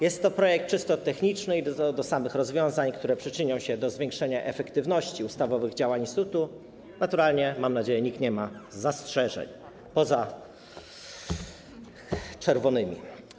Jest to projekt czysto techniczny i do samych rozwiązań, które przyczynią się do zwiększenia efektywności ustawowych działań instytutu, naturalnie, jak mam nadzieję, nikt nie ma zastrzeżeń - poza czerwonymi.